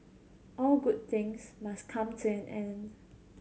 all good things must come to an end